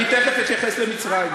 אני תכף אתייחס למצרים.